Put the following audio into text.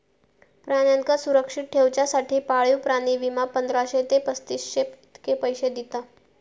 प्राण्यांका सुरक्षित ठेवच्यासाठी पाळीव प्राणी विमा, पंधराशे ते पस्तीसशे इतके पैशे दिता